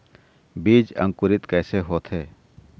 बीज अंकुरित कैसे होथे?